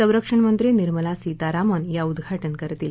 संरक्षण मंत्री निर्मला सीतारामन या उद्घाटन करतील